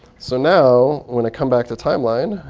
so now, when i come back to timeline,